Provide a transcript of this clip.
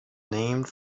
named